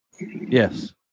Yes